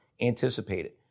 anticipated